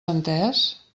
entès